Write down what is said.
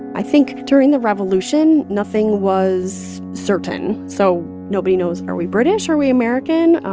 i think during the revolution, nothing was certain. so nobody knows, are we british? are we american?